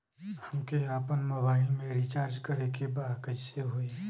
हमके आपन मोबाइल मे रिचार्ज करे के बा कैसे होई?